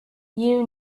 you